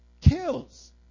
kills